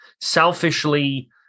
Selfishly